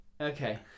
Okay